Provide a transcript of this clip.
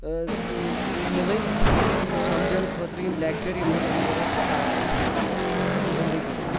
مِلٕنۍ سَمجنہٕ خٲطرٕ یِم لیکچَر یِم اَسہِ ضوٚرَتھ چھِ آسان زِندگی منٛز